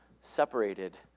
separated